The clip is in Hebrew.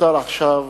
נוצר עכשיו